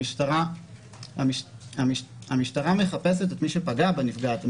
המשטרה מחפשת את מי שפגע בנפגעת,